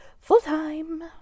full-time